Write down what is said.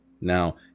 now